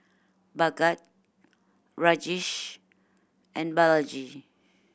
Bhagat Rajesh and Balaji